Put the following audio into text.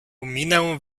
minę